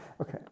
Okay